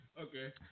Okay